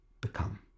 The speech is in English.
become